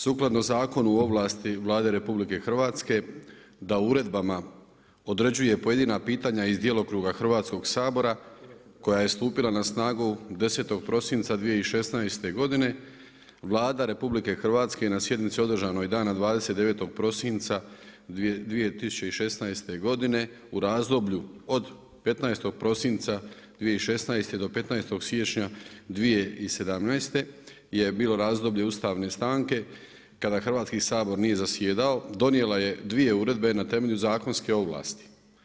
Sukladno Zakonu o ovlasti Vlade Republike Hrvatske da uredbama određuje pojedina pitanja iz djelokruga Hrvatskog sabora koja je stupila na snagu 10. prosinca 2016. godine Vlada RH je na sjednici održanoj dana 29. prosinca 2016. godine u razdoblju od 15. prosinca 2016. do 15. siječnja 2017. je bilo razdoblje ustavne stanke kada Hrvatski sabor nije zasjedao donijela je dvije uredbe na temelju zakonske ovlasti.